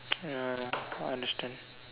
ya I understand